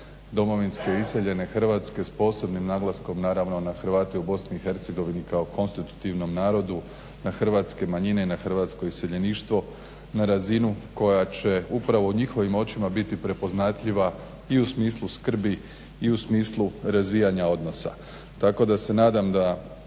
domovinske iseljene Hrvatske s posebnim naglaskom naravno na Hrvate u BIH kao konstitutivnom narodu na hrvatske manjine i na hrvatsko iseljeništvo na razinu koja će upravo u njihovim očima biti prepoznatljiva i u smislu skrbi i u smislu razvijanja odnosa tako da se nadam da